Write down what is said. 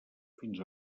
fins